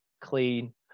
clean